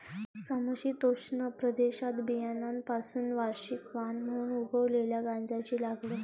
समशीतोष्ण प्रदेशात बियाण्यांपासून वार्षिक वाण म्हणून उगवलेल्या गांजाची लागवड